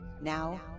Now